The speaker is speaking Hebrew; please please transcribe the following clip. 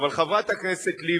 אבל חברת הכנסת לבני,